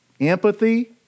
empathy